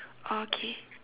okay